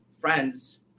friends